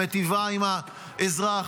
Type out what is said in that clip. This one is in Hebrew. היא מיטיבה עם האזרח,